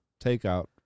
takeout